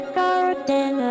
garden